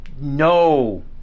no